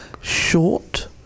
short